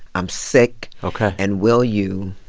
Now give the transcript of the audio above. i'm sick. ok. and will you.